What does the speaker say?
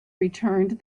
returned